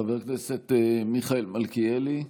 חבר הכנסת מיכאל מלכיאלי,